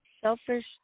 selfish